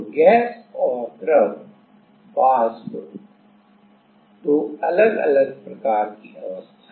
तो गैस और द्रव वाष्प दो अलग अलग प्रकार की अवस्थाएं हैं